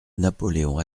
napoléon